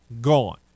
gone